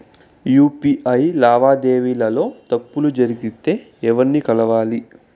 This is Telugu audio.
యు.పి.ఐ లావాదేవీల లో తప్పులు జరిగితే ఎవర్ని కలవాలి?